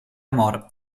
amor